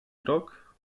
krok